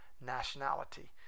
nationality